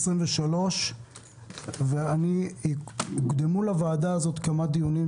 2023. לוועדה הזאת קדמו כמה דיונים,